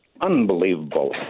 unbelievable